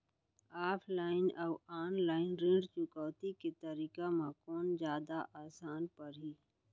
Offline अऊ online ऋण चुकौती के तरीका म कोन जादा आसान परही?